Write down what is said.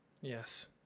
Yes